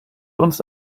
uns